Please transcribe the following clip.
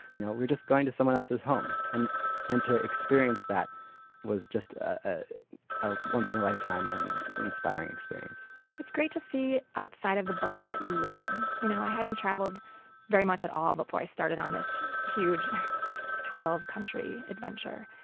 you know were just going to someone else's home, and and to experience that was just a ah once-in-a-lifetime, and inspiring experience it's great to see outside the bubble that you live in. you know i hadn't traveled very much at all before i started on this huge twelve country adventure.